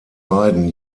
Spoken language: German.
beiden